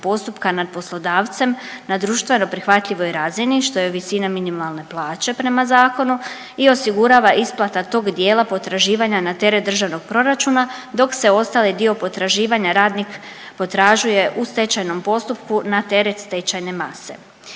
postupka nad poslodavcem na društveno prihvatljivoj razini što je visina minimalne plaće prema zakonu i osigurava isplata tog dijela potraživanja na teret državnog proračuna dok se ostali dio potraživanja radnik potražuje u stečajnom postupku na teret stečajne mase.